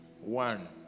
one